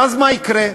ואז, מה יקרה?